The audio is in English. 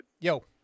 Yo